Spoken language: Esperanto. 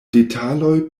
detaloj